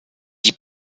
die